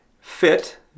fit